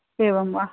एवं वा